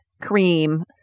cream